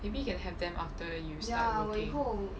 maybe you can have them after you start working